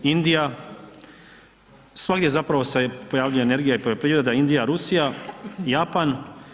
Indija, svagdje zapravo se pojavljuje i energija i poljoprivreda, Indija, Rusija, Japan.